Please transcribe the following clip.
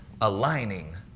aligning